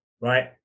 right